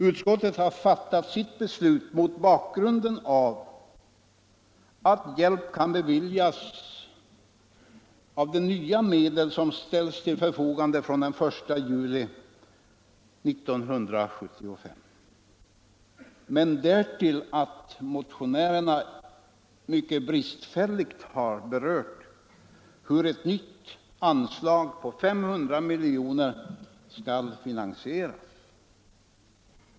Utskottet har fattat sitt beslut mot bakgrunden av att hjälp kan beviljas av de nya medel som ställs till förfogande från den 1 juli 1975 och att motionärerna mycket bristfälligt har berört hur ett nytt anslag på 500 miljoner skall finansieras.